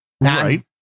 right